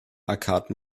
arcade